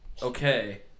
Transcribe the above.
Okay